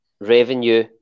revenue